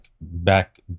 back